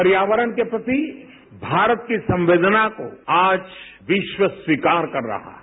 पर्यावरण के प्रति भारत की संवेदना को आज विश्व स्वीकार कर रहा है